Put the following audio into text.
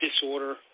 disorder